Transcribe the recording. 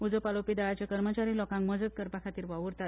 उजो पालोवपी दळाचे कर्मचारी लोकांक मदत करपा खातीर वावुरतात